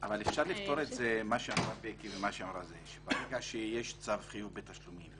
אבל אפשר לפתור את זה ברגע שיש צו חיוב בתשלומים,